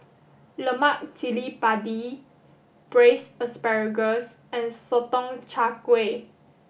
Lemak Cili padi Braised Asparagus and Sotong Char Kway